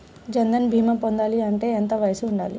జన్ధన్ భీమా పొందాలి అంటే ఎంత వయసు ఉండాలి?